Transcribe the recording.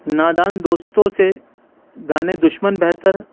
نادان دوستوں سے دانے دشمن بہتر